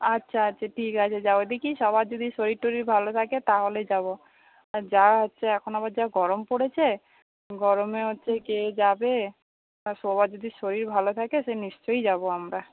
আচ্ছা আচ্ছা ঠিক আছে যাবো দেখি সবার যদি শরীর টরির ভালো থাকে তাহলে যাবো আর যা হচ্ছে এখন আবার যা গরম পড়েছে গরমে হচ্ছে কে যাবে তা সবার যদি শরীর ভাল থাকে সে নিশ্চয় যাবো আমরা